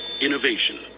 Innovation